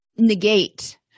negate